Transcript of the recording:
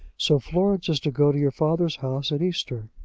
so florence is to go to your father's house at easter?